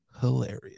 hilarious